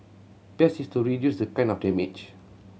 best is to reduce the kind of damage